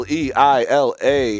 Leila